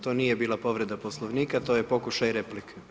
To nije bila povreda Poslovnika, to je pokušaj replike.